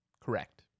Correct